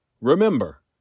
Remember